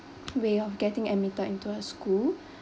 way of getting admitted into a school